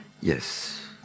Yes